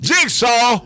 Jigsaw